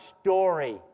story